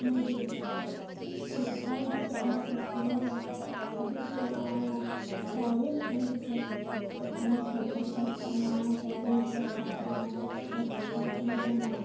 ꯃꯣꯏꯒꯤ ꯀꯨꯠ ꯍꯥꯏꯔꯒꯁꯨ ꯑꯃ ꯐꯦꯁꯇꯤꯚꯦꯜ ꯂꯩ ꯑꯗꯨꯁꯨ ꯌꯥꯝꯅ ꯆꯥꯎꯏ ꯃꯣꯏꯒꯤꯁꯦ ꯐꯦꯁꯟ ꯁꯣꯒ ꯆꯠꯇꯅ ꯖꯒꯣꯏꯒ ꯁꯥꯗꯅ ꯏꯁꯄꯤꯠꯁꯀ ꯄꯤꯗꯅ